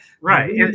Right